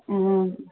मम